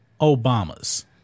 Obamas